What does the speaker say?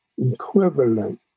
equivalent